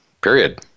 period